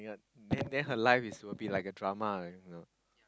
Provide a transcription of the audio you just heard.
and then her life is will be like a drama like you know